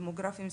דמוגרפיים,